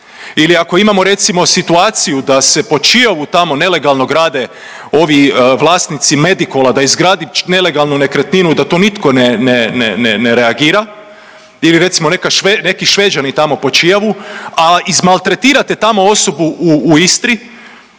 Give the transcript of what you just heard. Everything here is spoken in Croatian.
ili ako imamo recimo situaciju da se po Čiovu tamo nelegalno grade ovi vlasnici Medikola da izgradi nelegalno nekretninu i da to nitko ne, ne reagira ili recimo neki Šveđani tamo po Čiovu, a izmaltretirate tamo osobu u Istri,